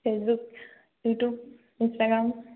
Facebook YouTube Instagram